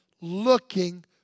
looking